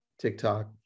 TikTok